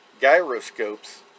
gyroscopes